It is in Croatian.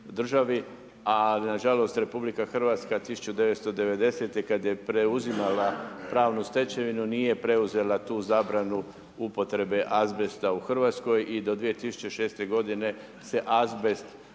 ali na žalost Republika Hrvatska 1990. kada je preuzimala pravnu stečevinu nije preuzela tu zabranu upotrebe azbesta u Hrvatskoj i do 2006. godine se azbest